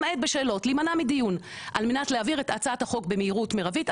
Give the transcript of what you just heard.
למעט בשאלות להימנע מדיון על מנת להעביר את הצעת החוק במהירות מרבית..",